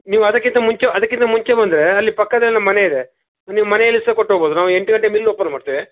ನೀವು ಅದಕ್ಕಿಂತ ಮುಂಚೆ ಅದಕ್ಕಿಂತ ಮುಂಚೆ ಬಂದರೆ ಅಲ್ಲಿ ಪಕ್ಕದಲ್ಲಿ ಮನೆ ಇದೆ ನೀವು ಮನೆಯಲ್ಲಿ ಸಹ ಕೊಟ್ಟು ಹೋಗ್ಬೋದು ನಾವು ಎಂಟು ಗಂಟೆಗೆ ಮಿಲ್ ಓಪನ್ ಮಾಡ್ತೇವೆ